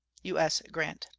u s. grant.